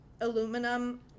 aluminum